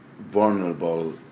vulnerable